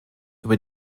über